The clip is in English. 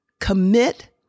commit